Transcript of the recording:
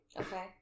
Okay